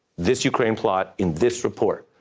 this ukraine plot, in this report.